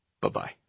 Bye-bye